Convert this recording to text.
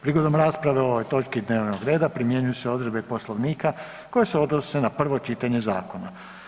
Prigodom rasprave o ovoj točki dnevnog reda primjenjuju se odredbe Poslovnika koje se odnose na prvo čitanje zakona.